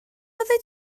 oeddet